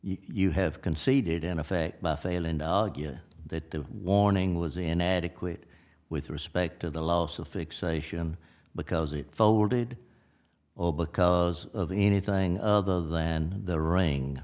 you have conceded in effect by failing that the warning was inadequate with respect to the loss of fixation because it folded or because of anything other than the ring